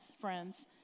friends